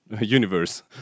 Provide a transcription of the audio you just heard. universe